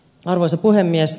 arvoisa puhemies